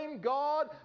God